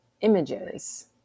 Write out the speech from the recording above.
images